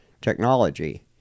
technology